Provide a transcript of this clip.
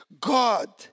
God